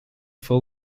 full